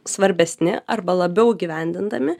svarbesni arba labiau įgyvendindami